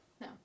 no